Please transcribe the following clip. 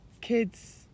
kids